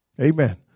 Amen